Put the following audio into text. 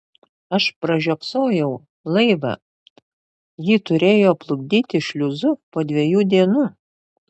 aš pražiopsojau laivą jį turėjo plukdyti šliuzu po dviejų dienų